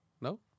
No